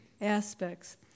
aspects